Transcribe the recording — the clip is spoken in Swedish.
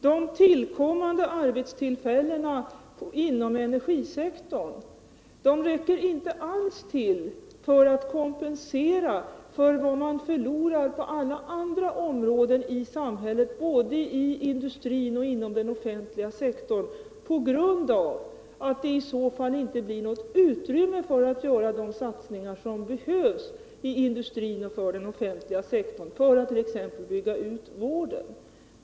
De tillkommande arbetstillfällena inom energisektorn räcker inte alls till för att kompensera vad man förlorar på alla andra områden i samhället på grund av att det inte finns något utrymme för att göra de satsningar som behövs både inom industrin och inom den offentliga sektorn, exempelvis för att bygga ut barnomsorgen och långvården.